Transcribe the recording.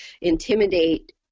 intimidate